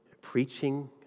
preaching